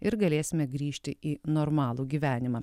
ir galėsime grįžti į normalų gyvenimą